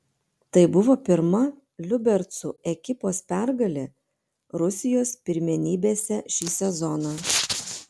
tai buvo pirma liubercų ekipos pergalė rusijos pirmenybėse šį sezoną